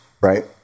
right